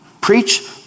Preach